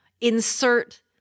insert